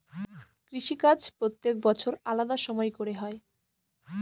কৃষিকাজ প্রত্যেক বছর আলাদা সময় করে হয়